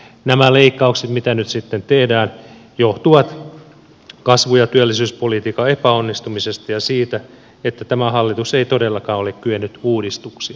nämä leikkaukset mitä nyt sitten tehdään johtuvat kasvu ja työllisyyspolitiikan epäonnistumisesta ja siitä että tämä hallitus ei todellakaan ole kyennyt uudistuksiin